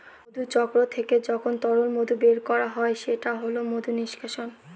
মধুচক্র থেকে যখন তরল মধু বের করা হয় সেটা হল মধু নিষ্কাশন